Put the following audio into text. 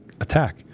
attack